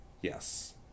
yes